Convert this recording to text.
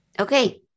Okay